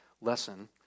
lesson